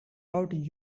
out